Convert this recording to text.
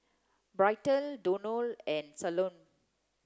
Bryton Donal and Salome